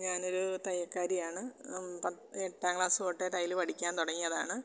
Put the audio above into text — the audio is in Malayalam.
ഞാൻ ഒരു തയ്യൽക്കാരിയാണ് എട്ടാം ക്ലാസ് തൊട്ടേ തയ്യൽ പഠിക്കാൻ തുടങ്ങിയതാണ്